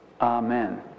Amen